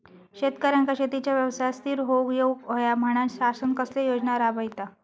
शेतकऱ्यांका शेतीच्या व्यवसायात स्थिर होवुक येऊक होया म्हणान शासन कसले योजना राबयता?